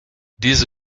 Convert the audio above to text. diese